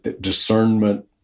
discernment